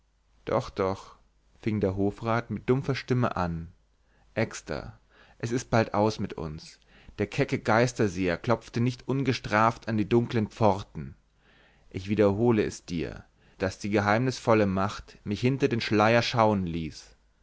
doch doch fing der hofrat mit dumpfer stimme an exter es ist bald aus mit uns der kecke geisterseher klopfte nicht ungestraft an die dunklen pforten ich wiederhole es dir daß die geheimnisvolle macht mich hinter den schleier schauen ließ